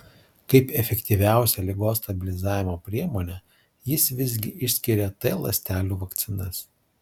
kaip efektyviausią ligos stabilizavimo priemonę jis visgi išskiria t ląstelių vakcinas